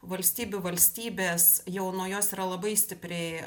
valstybių valstybės jau nuo jos yra labai stipriai